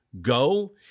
go